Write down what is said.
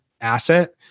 asset